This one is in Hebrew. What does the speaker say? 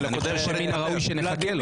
אני חושב שמן הראוי שנחכה לו.